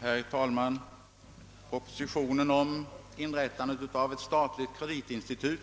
Herr talman! Propositionen om inrättande av ett statligt kreditinstitut,